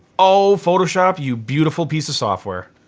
oh photoshop, you beautiful piece of software.